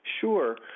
Sure